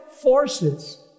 forces